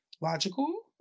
logical